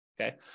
okay